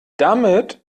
damit